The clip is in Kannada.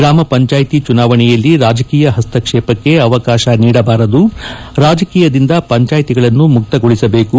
ಗ್ರಾಮ ಪಂಚಾಯತಿ ಚುನಾವಣೆಯಲ್ಲಿ ರಾಜಕೀಯ ಹಸ್ತಕ್ಷೇಪಕ್ಕೆ ಅವಕಾಶ ನೀಡಬಾರದು ರಾಜಕೀಯದಿಂದ ಪಂಚಾಯತಿಗಳನ್ನು ಮುಕ್ತಗೊಳಿಸಬೇಕು